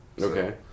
Okay